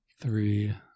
Three